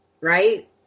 right